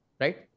right